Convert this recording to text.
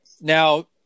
Now